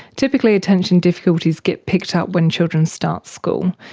typically attention difficulties get picked up when children start school.